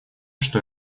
что